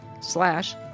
slash